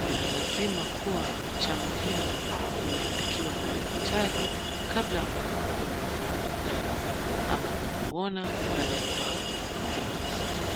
na lazima kuwa cha muhimu umeandikiwa na daktari kabla ambavyo kunywa dawa ama umemuona pale kwa chemist .